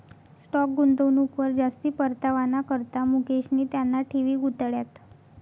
stock गुंतवणूकवर जास्ती परतावाना करता मुकेशनी त्याना ठेवी गुताड्यात